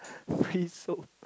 free soap